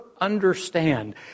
understand